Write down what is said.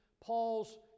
Paul's